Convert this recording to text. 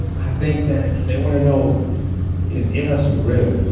i think that they want to know is ear hustle real,